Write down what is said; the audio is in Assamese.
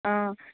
অঁ